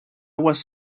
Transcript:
was